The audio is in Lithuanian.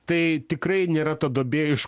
tai tikrai nėra ta duobė iš